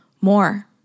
more